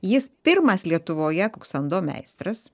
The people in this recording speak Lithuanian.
jis pirmas lietuvoje kuksando meistras